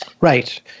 Right